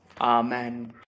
Amen